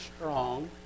strong